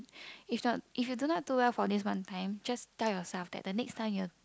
if not if you do not do well for this one time just tell yourself that the next time you're